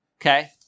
Okay